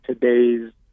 today's